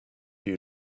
you